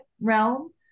realm